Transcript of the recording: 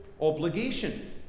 obligation